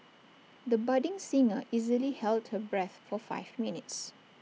the budding singer easily held her breath for five minutes